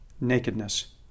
Nakedness